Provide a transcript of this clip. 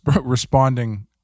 responding